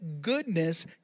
goodness